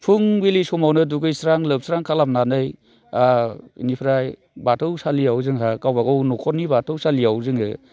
फुंबिलि समावनो दुगैस्रां लोबस्रां खालामनानै बेनिफ्राय बाथौ सालियाव जोंहा गाबागाव न'खरनि बाथौसालियाव जोङो